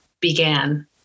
began